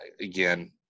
Again